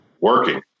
working